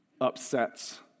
upsets